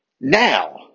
Now